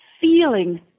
feeling